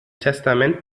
testament